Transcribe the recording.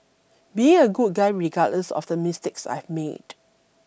being a good guy regardless of the mistakes I've made